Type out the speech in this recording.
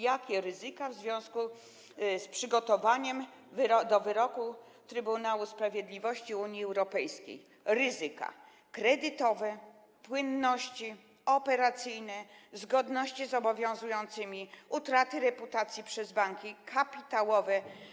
Jakie są ryzyka w związku z przygotowaniem do wyroku Trybunału Sprawiedliwości Unii Europejskiej, ryzyka kredytowe, płynności, operacyjne, zgodności, utraty reputacji przez banki, kapitałowe?